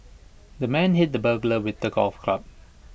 the man hit the burglar with A golf club